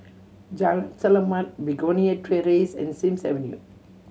Jalan Selamat Begonia Terrace and Sims Avenue